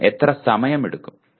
ഇതിന് എത്ര സമയമെടുക്കും